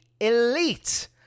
Elite